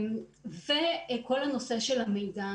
וכל הנושא של המידע.